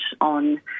on